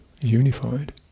unified